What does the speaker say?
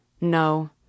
No